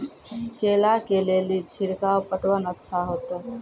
केला के ले ली छिड़काव पटवन अच्छा होते?